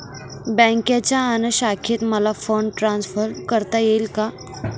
बँकेच्या अन्य शाखेत मला फंड ट्रान्सफर करता येईल का?